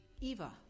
Eva